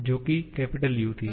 जो कि U थी